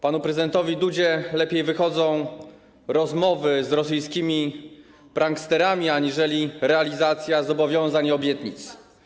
Panu prezydentowi Dudzie lepiej wychodzą rozmowy z rosyjskimi pranksterami aniżeli realizacja zobowiązań i obietnic.